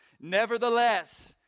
Nevertheless